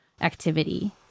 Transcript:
activity